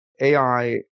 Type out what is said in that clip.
AI